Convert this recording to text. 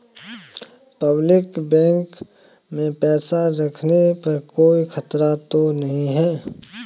Public bank में पैसा रखने पर कोई खतरा तो नहीं है?